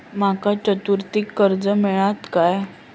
माका चतुर्थीक कर्ज मेळात काय?